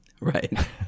Right